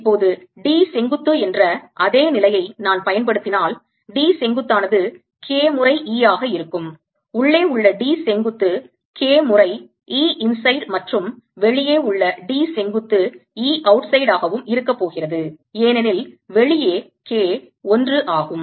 இப்போது D செங்குத்து என்ற அதே நிலையை நான் பயன்படுத்தினால் D செங்குத்தானது K முறை E ஆக இருக்கும் உள்ளே உள்ள D செங்குத்து K முறை E inside மற்றும் வெளியே உள்ள D செங்குத்து E outside ஆகவும் இருக்க போகிறது ஏனெனில் வெளியே K 1 ஆகும்